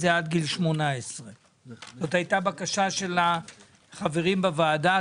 זה עד גיל 18. זו הייתה בקשה של החברים בוועדה,